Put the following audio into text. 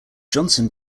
johnson